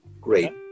Great